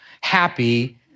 happy